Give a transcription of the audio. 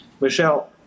Michelle